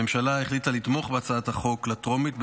הממשלה החליטה לתמוך בהצעת החוק בטרומית,